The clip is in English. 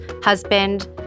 husband